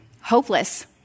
hopeless